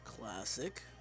Classic